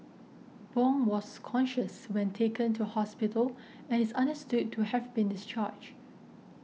Bong was conscious when taken to hospital and is understood to have been discharged